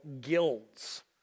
guilds